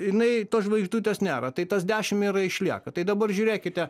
jinai tos žvaigždutės nėra tai tas dešim yra išlieka tai dabar žiūrėkite